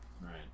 Right